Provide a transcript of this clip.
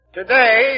Today